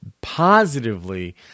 positively